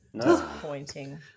Disappointing